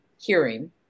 hearing